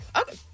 okay